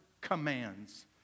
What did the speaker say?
commands